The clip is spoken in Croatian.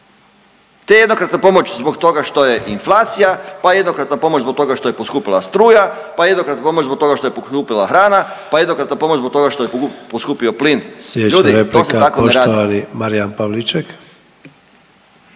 te jednokratne pomoći zbog toga što je inflacija, pa jednokratna pomoć zbog toga što je poskupila struja, pa jednokratna pomoć zbog toga što je poskupila hrana, pa jednokratna pomoć zbog toga što je poskupio plin, ljudi to se tako ne radi.